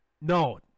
no